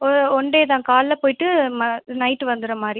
ஒரு one day தான் காலைல போய்விட்டு ம நைட்டு வந்துடுற மாதிரி